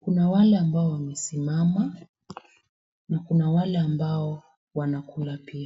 Kuna wale ambao wamesimama na kuna wale ambao wanakula pia.